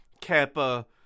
Kappa